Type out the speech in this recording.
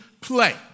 play